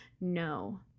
No